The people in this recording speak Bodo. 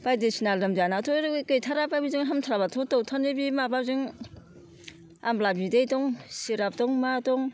बायदिसिना लोमजानायावथ' गैथाराब्ला बेजों हामथाराबाथ' ड'क्टरनि बे माबाजों आमला बिदै दं सिराब दं मा दं